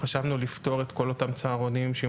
חשבנו לפטור את כל אותם צהרונים שיהיו